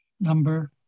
number